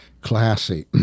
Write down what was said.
classy